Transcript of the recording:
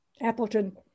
Appleton